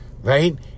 Right